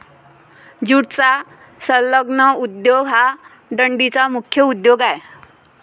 ज्यूटचा संलग्न उद्योग हा डंडीचा मुख्य उद्योग आहे